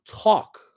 talk